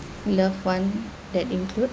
loved one that includes